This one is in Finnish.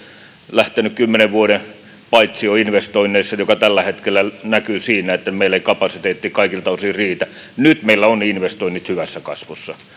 lähtenyt kymmenen vuoden paitsio investoinneissa mikä tällä hetkellä näkyy siinä että meillä ei kapasiteetti kaikilta osin riitä nyt meillä ovat investoinnit hyvässä kasvussa